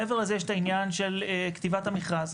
מעבר לזה יש את העניין של כתיבת המכרז,